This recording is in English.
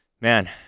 man